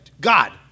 God